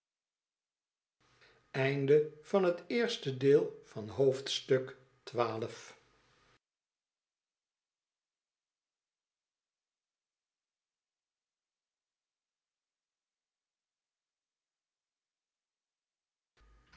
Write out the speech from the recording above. hoofdstuk van het eerste deel van het